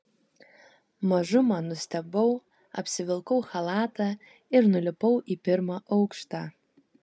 mažumą nustebau apsivilkau chalatą ir nulipau į pirmą aukštą